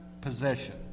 possession